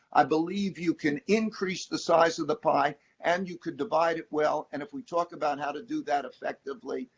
i believe you can increase the size of the pie and you can divide it well, and if we talk about how to do that effectively,